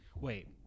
Wait